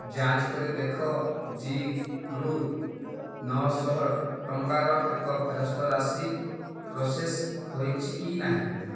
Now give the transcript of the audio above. ଯାଞ୍ଚ କରି ଦେଖ ଜୀ ରୁ ନଅ ଶହ ଟଙ୍କାର ଏକ ଫେରସ୍ତ ରାଶି ପ୍ରୋସେସ ହୋଇଛି କି ନାହିଁ